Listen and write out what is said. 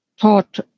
taught